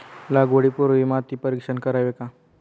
लागवडी पूर्वी माती परीक्षण करावे का?